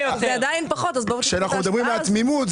כשאנחנו מדברים על התמימות,